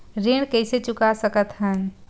ऋण कइसे चुका सकत हन?